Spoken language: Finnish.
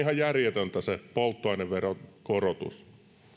ihan järjetöntä se polttoaineveron korotus